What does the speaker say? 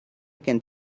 can